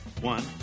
One